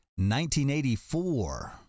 1984